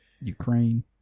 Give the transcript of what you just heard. Ukraine